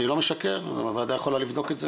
אני לא משקר, הוועדה יכולה לבדוק את זה.